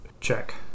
check